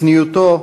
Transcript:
צניעותו,